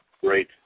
great